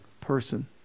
person